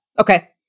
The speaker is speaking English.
Okay